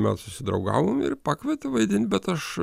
mes susidraugavom ir pakvietė vaidint bet aš